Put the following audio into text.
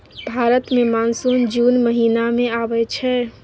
भारत मे मानसून जुन महीना मे आबय छै